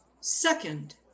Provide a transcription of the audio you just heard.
Second